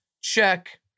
check